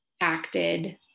acted